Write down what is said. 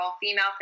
female